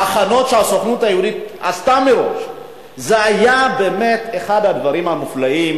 ההכנות שהסוכנות היהודית עשתה מראש זה היה באמת אחד הדברים המופלאים,